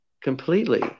completely